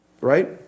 Right